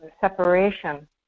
separation